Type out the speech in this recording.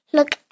Look